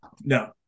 No